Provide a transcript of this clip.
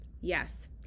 Yes